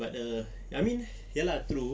but ah ye lah true